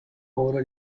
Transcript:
ora